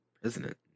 president